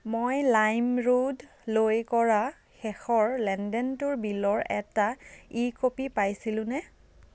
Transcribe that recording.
মই লাইম ৰোডলৈ কৰা শেষৰ লেনদেনটোৰ বিলৰ এটা ই কপি পাইছিলোঁনে